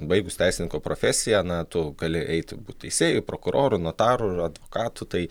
baigus teisininko profesiją na tu gali eit būt teisėju prokuroru notaru ir advokatu tai